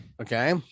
Okay